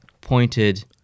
pointed